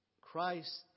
Christ